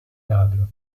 ladro